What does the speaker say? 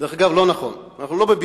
דרך אגב, לא נכון, אנחנו לא בבידוד.